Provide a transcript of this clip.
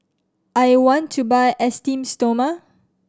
I want to buy Esteem Stoma